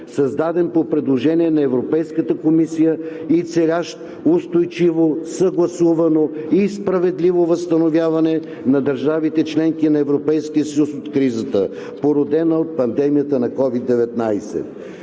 създаден по предложение на Европейската комисия и целящ устойчиво, съгласувано и справедливо възстановяване на държавите – членки на Европейския съюз, от кризата, породена от пандемията на COVID-19.